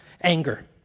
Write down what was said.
Anger